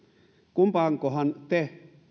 kumpaankohan te